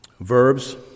verbs